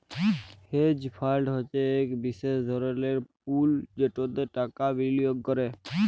hedge fund হছে ইক বিশেষ ধরলের পুল যেটতে টাকা বিলিয়গ ক্যরে